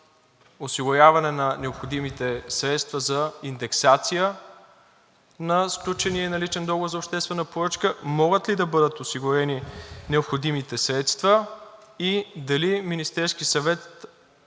осигуряване на необходимите средства за индексация на сключения наличен договор за обществена поръчка? Могат ли да бъдат осигурени необходимите средства и дали Министерският съвет